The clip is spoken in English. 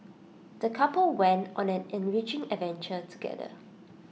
the couple went on an enriching adventure together